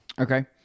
Okay